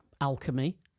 alchemy